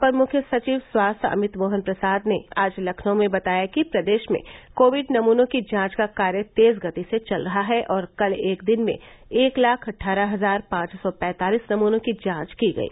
अपर मुख्य सचिव स्वास्थ्य अमित मोहन प्रसाद ने आज लखनऊ में बताया कि प्रदेश में कोविड नमूनों की जांच का कार्य तेज गति से चल रहा है और कल एक दिन में एक लाख अट्ठारह हजार पांच सौ पैंतालिस नमूनों की जांच की गयी